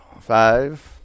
Five